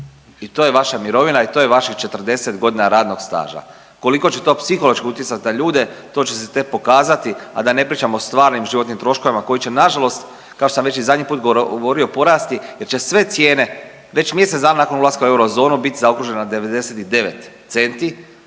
I to je vaša mirovina i to je vaših 40 godina radnog staža. Koliko će to psihološki utjecati na ljude to će se tek pokazati, a da ne pričam o stvarnim životnim troškovima koji će nažalost kao što sam već i zadnji put govorio porasti jer će sve cijene već mjesec dana nakon ulaska u eurozonu biti zaokružene na 99 centi,